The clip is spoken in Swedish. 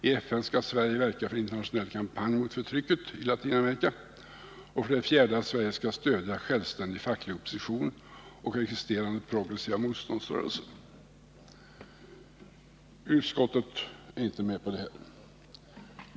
I FN skall Sverige verka för en internationell kampanj mot förtrycket i Latinamerika. Sverige skall stödja självständig och facklig opposition och existerande progressiva motståndsrörelser. Utskottet är inte med på detta.